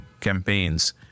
campaigns